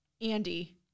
Andy